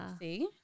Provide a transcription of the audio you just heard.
See